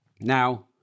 Now